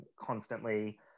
constantly